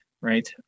Right